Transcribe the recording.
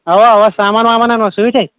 اوا اوا سامان وامان اَنوَٕ سۭتی